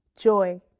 joy